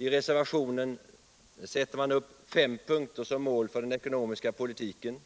I reservationen sätter man upp fem punkter som mål för den ekonomiska politiken: